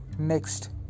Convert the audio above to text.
Next